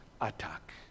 attack